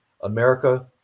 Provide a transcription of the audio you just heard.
America